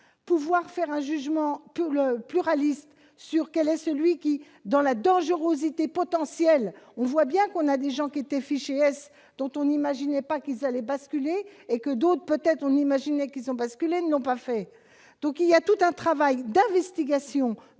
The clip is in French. pouvoir faire un jugement tout le pluraliste sur quel est celui qui, dans la dangerosité potentielle, on voit bien qu'on a des gens qui étaient fichés S dont on n'imaginait pas qu'ils allaient basculer et que d'autres peut-être, on imaginait qu'ils ont basculé, n'ont pas fait donc il y a tout un travail d'investigation